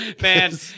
Man